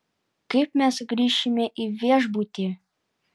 kaip mes grįšime į viešbutį